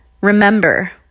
Remember